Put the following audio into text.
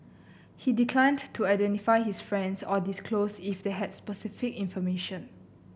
he declined to identify his friends or disclose if they had specific information